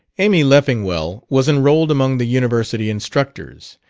amy leffingwell was enrolled among the university instructors,